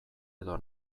edo